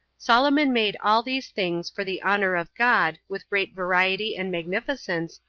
solomon made all these things for the honor of god, with great variety and magnificence,